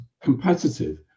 competitive